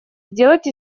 сделать